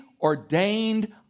ordained